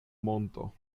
monto